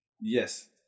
Yes